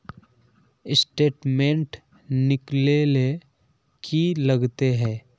Statement निकले ले की लगते है?